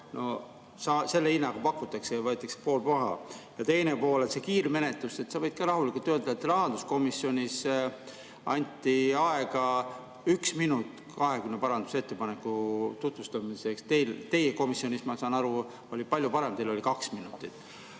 Selle hinnaga pakutakse. Ja teine pool, see kiirmenetlus – sa võid rahulikult öelda, et rahanduskomisjonis anti aega üks minut 20 parandusettepaneku tutvustamiseks. Teie komisjonis, ma saan aru, oli palju parem, teil oli kaks minutit.